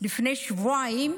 לפני שבועיים,